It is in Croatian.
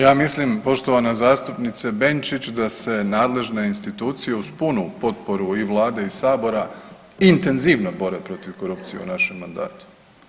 Ja mislim poštovana zastupnice Benčić da se nadležne institucije uz punu potporu i vlade i sabora intenzivno bore protiv korupcije u našem mandatu.